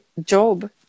Job